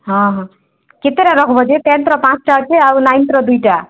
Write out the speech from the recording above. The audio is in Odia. ହଁ ହଁ କେତେଟା ରଖବ ଯେ ଟେନ୍ଥର ପାଞ୍ଚଟା ଅଛି ଆଉ ନାଇଁନ୍ଥର ଦୁଇଟା